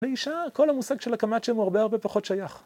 באישה כל המושג של הקמת שם הוא הרבה הרבה פחות שייך.